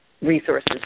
resources